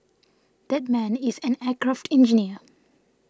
that man is an aircraft engineer